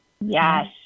Yes